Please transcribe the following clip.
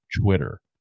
Twitter